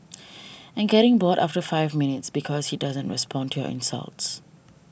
and getting bored after five minutes because he doesn't respond to your insults